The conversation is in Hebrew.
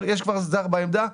יש כבר זר בעמדה.